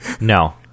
No